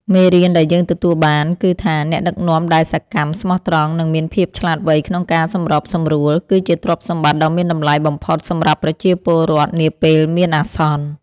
មេរៀនដែលយើងទទួលបានគឺថា អ្នកដឹកនាំដែលសកម្ម ស្មោះត្រង់ និងមានភាពឆ្លាតវៃក្នុងការសម្របសម្រួល គឺជាទ្រព្យសម្បត្តិដ៏មានតម្លៃបំផុតសម្រាប់ប្រជាពលរដ្ឋនាពេលមានអាសន្ន។